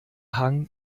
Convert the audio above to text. hang